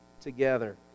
together